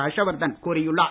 ஹர்ஷ் வர்தன் கூறியுள்ளார்